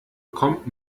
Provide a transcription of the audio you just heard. kommt